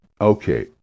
Okay